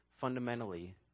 fundamentally